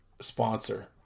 sponsor